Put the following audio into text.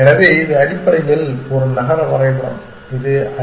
எனவே இது அடிப்படையில் ஒரு நகர வரைபடம் இது ஐ